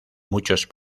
muchos